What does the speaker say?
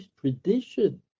tradition